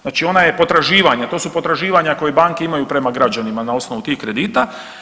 Znači ona je potraživanja, to su potraživanja koje banke imaju prema građanima na osnovu tih kredita.